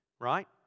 right